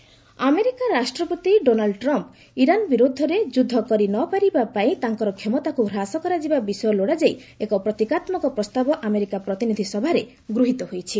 US House Trump America ରାଷ୍ଟ୍ରପତି Donald Trump Iran ବିରୁଦ୍ଧରେ ଯୁଦ୍ଧ କରି ନ ପାରିବାପାଇଁ ତାଙ୍କର କ୍ଷମତାକୁ ହ୍ରାସ କରାଯିବା ବିଷୟ ଲୋଡ଼ାଯାଇ ଏକ ପ୍ରତୀକାତ୍କକ ପ୍ରସ୍ତାବ ଆମେରିକା ପ୍ରତିନିଧି ସଭାରେ ଗୃହୀତ ହୋଇଛି